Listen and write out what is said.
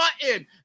button